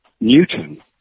Newton